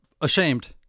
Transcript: Ashamed